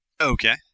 Okay